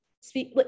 speak